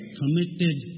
committed